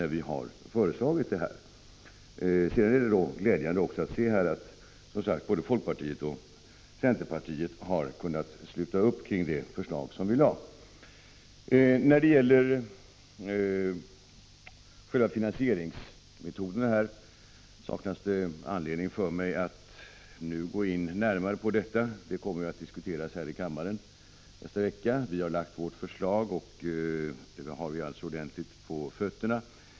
Det är sedan glädjande att både folkpartiet och centerpartiet har kunnat sluta upp kring det förslag som vi lade fram. Det saknas anledning för mig att nu närmare gå in på frågan om finansieringsmetoderna. Den kommer att diskuteras här i kammaren nästa vecka. Vi har lagt fram vårt förslag, och vi har ordentligt på fötterna.